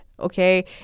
okay